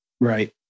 Right